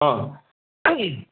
कि